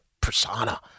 persona